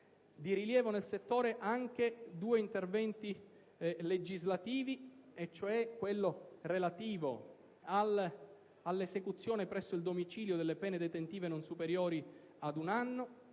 Di rilievo nel settore anche due interventi legislativi, e cioè quello relativo all'esecuzione presso il domicilio delle pene detentive non superiori ad un anno